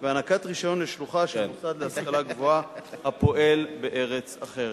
להשכלה גבוהה והענקת רשיון לשלוחה של מוסד להשכלה גבוהה הפועל בארץ אחרת.